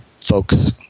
folks